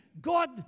God